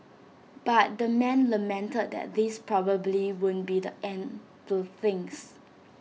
but the man lamented that this probably won't be the end to things